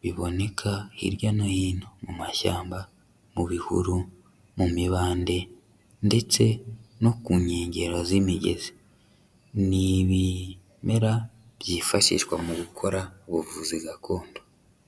biboneka hirya no hino, mu mashyamba, mu bihuru, mu mibande ndetse no ku nkengero z'imigezi. Ni ibimera byifashishwa mu gukora ubuvuzi gakondo.